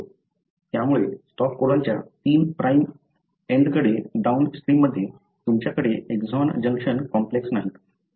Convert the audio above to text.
त्यामुळे स्टॉप कोडॉनच्या 3 प्राइम एंडकडे डाउनस्ट्रीममध्ये तुमच्याकडे एक्सॉन जंक्शन कॉम्प्लेक्स नाही